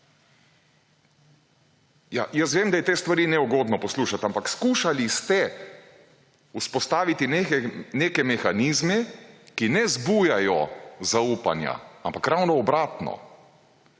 Jaz vem, da je te stvari neugodno poslušati, ampak skušali ste vzpostaviti neke mehanizme, ki ne zbujajo zaupanja, ampak ravno obratno.